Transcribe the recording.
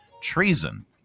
Treason